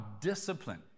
discipline